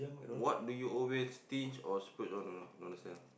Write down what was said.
what do you always stinge or splurge on don't know don't understand